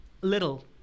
little